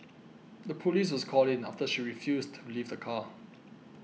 the police was called in after she refused to leave the car